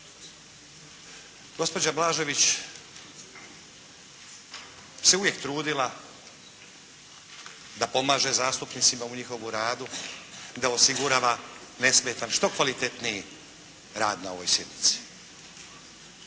Gospođa Blažević se uvijek trudila da pomaže zastupnicima u njihovom radu, da osigurava nesmetan, što kvalitetniji rad na ovoj sjednici.